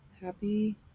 Happy